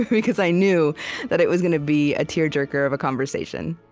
because i knew that it was gonna be a tearjerker of a conversation